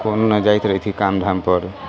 कोनहु नहि जाइत रहैत हइ काम धामपर